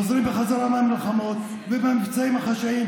חוזרים בחזרה מהמלחמות ומהמבצעים החשאיים,